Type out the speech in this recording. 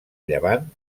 llevant